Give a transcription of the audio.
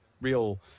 real